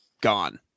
gone